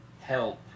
help